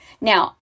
Now